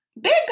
Big